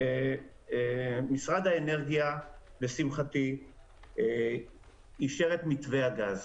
ומשרד האנרגיה לשמחתי אישר את מתווה הגז.